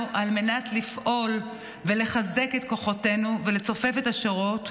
לפעול ולחזק את כוחותינו ולצופף את השורות,